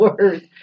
words